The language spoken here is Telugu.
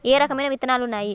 ఏ రకమైన విత్తనాలు ఉన్నాయి?